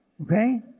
okay